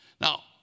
Now